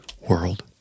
world